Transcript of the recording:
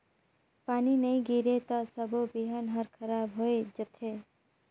पानी नई गिरे त सबो बिहन हर खराब होए जथे